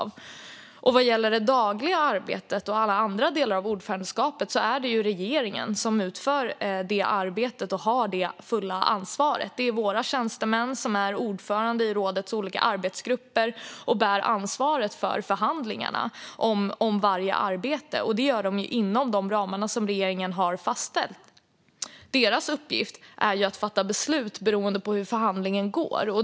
Vad gäller det dagliga arbetet och alla andra delar av ordförandeskapet är det regeringen som utför det arbetet och har det fulla ansvaret. Det är våra tjänstemän som är ordförande i rådets olika arbetsgrupper och som bär ansvar för förhandlingarna inom varje område, inom de ramar som regeringen har fastställt. Deras uppgift är att fatta beslut beroende på hur förhandlingen går.